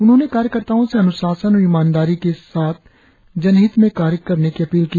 उन्होंने कार्यकर्ताओं से अनुशासन और ईमानदारी के साथ जनहित में कार्य करने की अपील की